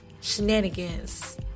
shenanigans